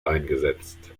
eingesetzt